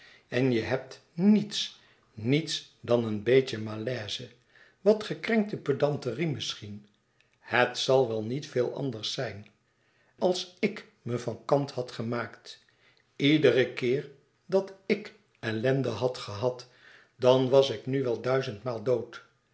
en je hebt niets niets dan een beetje malaise wat gekrenkte pedanterie misschien het zal wel niet veel anders zijn als ik me van kant had gemaakt iederen keer dat ik ellende had gehad dan was ik nu wel duizendmaal dood